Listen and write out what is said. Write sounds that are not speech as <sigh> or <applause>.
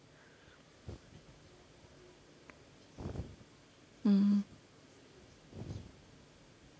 <breath> mmhmm